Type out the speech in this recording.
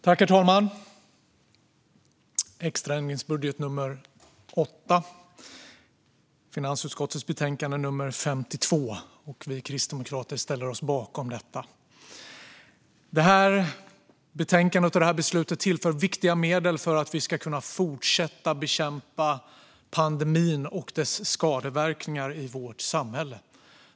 Herr talman! Ärendet gäller extra ändringsbudget nummer 8, och finansutskottets betänkande nummer 52. Vi kristdemokrater ställer oss bakom dem. Detta betänkande och detta beslut tillför viktiga medel för att vi ska kunna fortsätta att bekämpa pandemin och dess skadeverkningar i vårt samhälle.